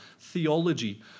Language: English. theology